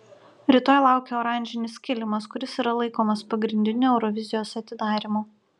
rytoj laukia oranžinis kilimas kuris yra laikomas pagrindiniu eurovizijos atidarymu